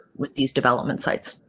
with these development sites.